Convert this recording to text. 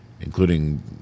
including